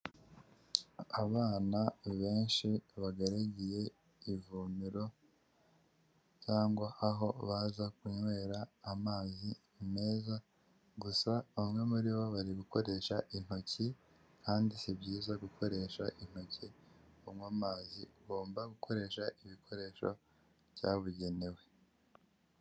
Abana benshi bagaragiye ivomero cyangwa aho baza kunywera amazi meza, gusa bamwe muribo bari gukoresha intoki. Kandi si byiza gukoresha intoki unywa amazi. Ugomba gukoresha ibikoresho byabugenewe.